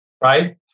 right